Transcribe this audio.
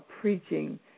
preaching